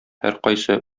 һәркайсы